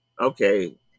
okay